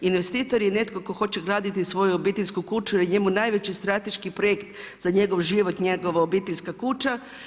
Investitor je netko tko hoće graditi svoju obiteljsku kuću jer je njemu najveći strateški projekt za njegov život njegova obiteljska kuća.